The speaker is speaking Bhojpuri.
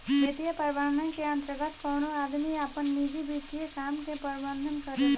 वित्तीय प्रबंधन के अंतर्गत कवनो आदमी आपन निजी वित्तीय काम के प्रबंधन करेला